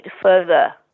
further